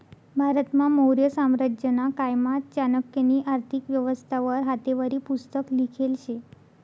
भारतमा मौर्य साम्राज्यना कायमा चाणक्यनी आर्थिक व्यवस्था वर हातेवरी पुस्तक लिखेल शे